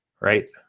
right